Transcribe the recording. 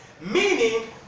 Meaning